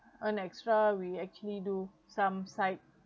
earn extra we actually do some side